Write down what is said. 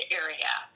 area